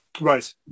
Right